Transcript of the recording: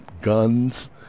guns